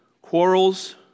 quarrels